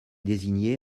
désigné